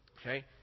okay